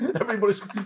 everybody's